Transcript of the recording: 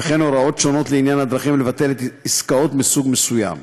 והוראות שונות לעניין הדרכים לבטל עסקאות מסוג מסוים.